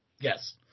Yes